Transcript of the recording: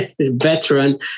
veteran